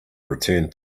return